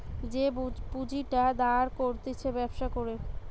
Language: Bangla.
যে পুঁজিটা দাঁড় করতিছে ব্যবসা করে